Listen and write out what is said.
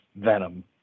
Venom